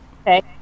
Okay